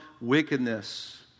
wickedness